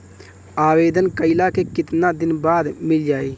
आवेदन कइला के कितना दिन बाद मिल जाई?